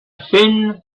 thin